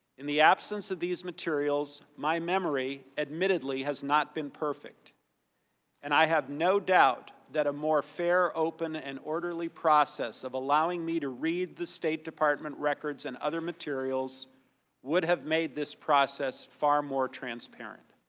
in the absence of these materials my memory, admittedly, has not been perfect and i have no doubt that a more fair, open and orderly process of allowing me to read the state department so and other materials would have made this process far more transparent.